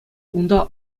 унта